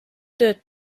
tööd